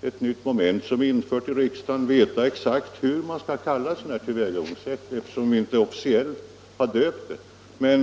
med ett nytt moment infört i riksdagen att veta exakt vad man skall kalla ett sådant tillvägagångssätt, eftersom vi inte officiellt har döpt det.